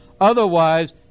otherwise